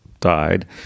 died